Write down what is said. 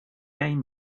aim